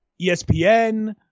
ESPN –